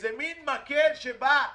איזה מין מקל שנועד